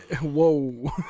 Whoa